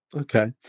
Okay